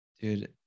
dude